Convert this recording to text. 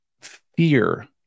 fear